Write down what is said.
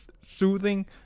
soothing